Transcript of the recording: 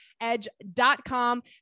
edge.com